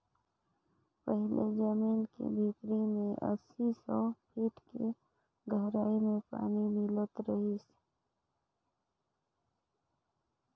पहिले जमीन के भीतरी में अस्सी, सौ फीट के गहराई में पानी मिलत रिहिस